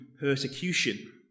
persecution